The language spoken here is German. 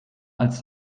als